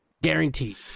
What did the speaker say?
Guaranteed